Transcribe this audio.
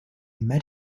met